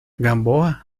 gamboa